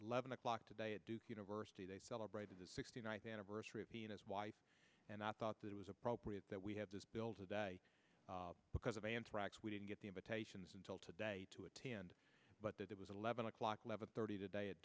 eleven o'clock today at duke university they celebrated the sixty ninth anniversary of his wife and i thought that it was appropriate that we have this bill today because of anthrax we didn't get the invitations until today to attend but that it was eleven o'clock eleven thirty today at